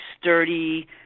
sturdy